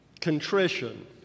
contrition